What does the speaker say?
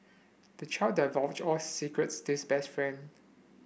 the child divulged all his secrets this best friend